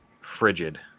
frigid